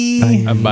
Bye